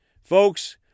Folks